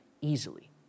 easily